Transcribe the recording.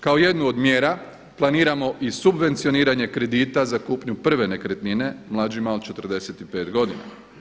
Kao jednu od mjera planiramo i subvencioniranje kredita za kupnju prve nekretnine mlađima od 45 godina.